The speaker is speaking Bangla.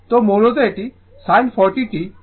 তো মূলত এটি sin 40 t 45 o